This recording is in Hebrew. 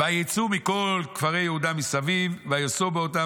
ויצאו מכל כפרי יהודה מסביב ויסובו אותם